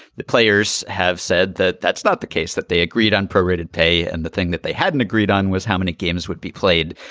the players have said that that's not the case, that they agreed on pro-rated pay. and the thing that they hadn't agreed on was how many games would be played.